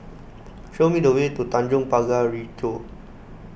show me the way to Tanjong Pagar Ricoh